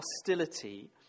hostility